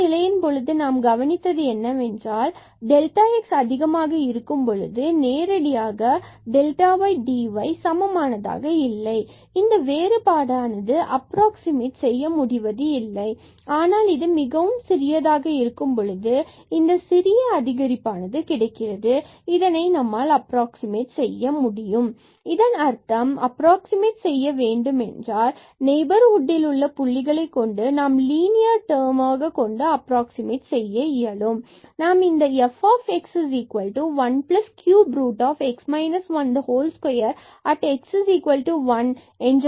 இந்த நிலையின் பொழுது நாம் கவனித்து அது என்னவென்றால் x அதிகமாக இருக்கும் பொழுது நேரடியாக 2 y dy இவை சமமானதாக இல்லை இந்த வேறுபாடானது இதனை அப்ராக்ஸிமட் செய்ய முடிவது இல்லை ஆனால் இது மிகவும் சிறியதாக இருக்கும் பொழுது சிறிய அதிகரிப்பானது கிடைக்கிறது எனவே இதனை நாம் அப்ராக்ஸிமட் செய்ய முடியும் இதன் அர்த்தம் அப்ராக்ஸிமட் செய்ய வேண்டுமென்றால் நெய்பர்ஹுட்டில் உள்ள புள்ளிகளை கொண்டு நாம் லினியர்ட்டெர்ம் அப்ராக்ஸிமட் செய்ய முடியும் நாம் இந்த fx13x 12 at x1